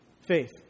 faith